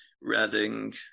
Reading